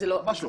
ממש לא.